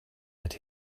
that